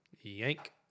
Yank